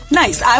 nice